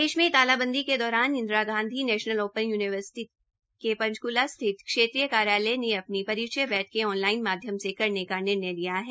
देश में तालाबंदी के दौरान Indira Gandhi national open university IGNOU के पंचकूला स्थित क्षेत्रीय कार्यालय ने अपनी परिचय बैठके ऑन लाइन माध्यम से करने का निर्णय लिया है